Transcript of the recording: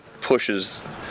pushes